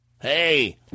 Hey